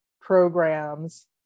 programs